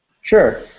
Sure